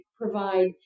provide